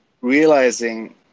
realizing